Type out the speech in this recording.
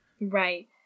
Right